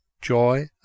Joy